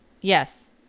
Yes